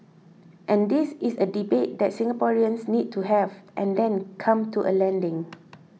and this is a debate that Singaporeans need to have and then come to a landing